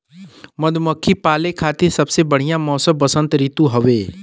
मधुमक्खी पाले खातिर सबसे बढ़िया मौसम वसंत ऋतु हउवे